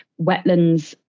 wetlands